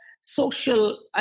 social